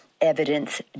evidence